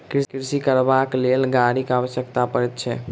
कृषि करबाक लेल गाड़ीक आवश्यकता पड़ैत छै